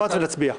משפט ונצביע.